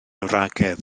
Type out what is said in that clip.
wragedd